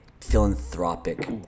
philanthropic